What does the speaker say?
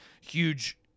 huge